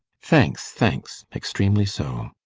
thanks, thanks, extremely so.